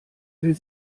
will